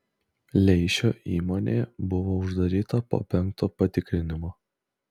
leišio įmonė buvo uždaryta po penkto patikrinimo